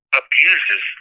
abuses